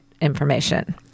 information